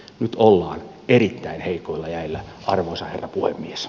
nyt ollaan erittäin heikoilla jäillä arvoisa herra puhemies